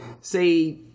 say